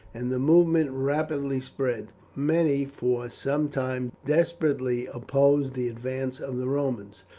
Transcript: and the movement rapidly spread. many for some time desperately opposed the advance of the romans,